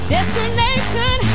Destination